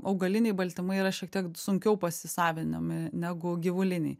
augaliniai baltymai yra šiek tiek sunkiau pasisavinami negu gyvuliniai